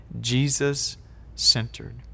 Jesus-centered